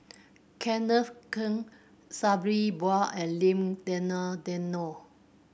Kenneth Keng Sabri Buang and Lim Denan Denon